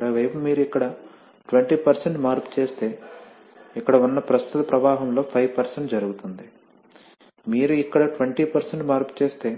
మరోవైపు మీరు ఇక్కడ 20 మార్పు చేస్తే ఇక్కడ ఉన్న ప్రస్తుత ప్రవాహంలో 5 జరుగుతుంది మీరు ఇక్కడ 20 మార్పు చేస్తే